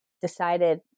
decided